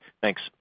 Thanks